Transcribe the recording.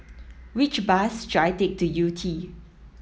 which bus should I take to Yew Tee